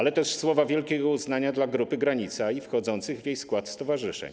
Chcę wyrazić też słowa wielkiego uznania dla Grupy Granica i wchodzących w jej skład stowarzyszeń.